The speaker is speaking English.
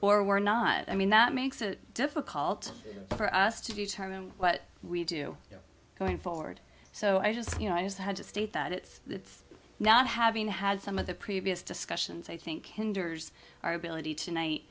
or we're not i mean that makes it difficult for us to determine what we do going forward so i just you know i just have to state that it's not having had some of the previous discussions i think hinders our ability to night